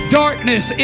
darkness